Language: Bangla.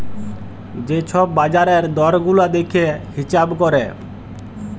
যে ছব বাজারের দর গুলা দ্যাইখে হিঁছাব ক্যরে